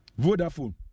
Vodafone